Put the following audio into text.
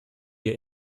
wir